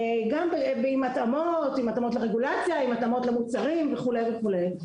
עם התאמות לרגולציה, למוצרים וכדומה.